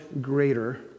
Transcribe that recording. greater